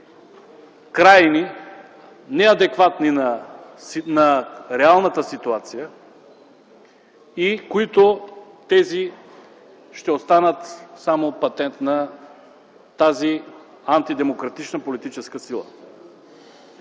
крайни, неадекватни на реалната ситуация и които тези ще останат само патент на тази антидемократична политическа сила.